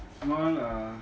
mall lah